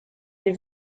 les